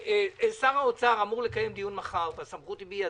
שר האוצר אמור לקיים דיון מחר, והסמכות היא בידיו,